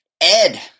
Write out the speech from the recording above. Ed